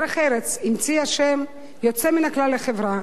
"דרך ארץ" המציאה שם יוצא מן הכלל לחברה,